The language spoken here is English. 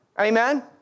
Amen